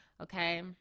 Okay